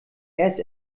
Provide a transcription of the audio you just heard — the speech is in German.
erst